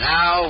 Now